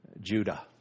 Judah